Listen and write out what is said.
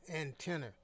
antenna